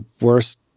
worst